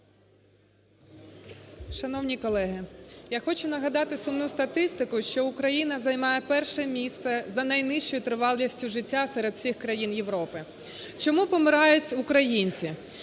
Шановні колеги! Я хочу нагадати сумну статистику, що Україна займає перше місце за найнижчою тривалістю життя серед всіх країн Європи. Чому помирають українці?